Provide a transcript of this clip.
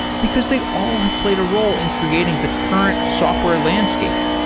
because they all have played a role in creating the current software landscape.